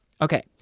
Okay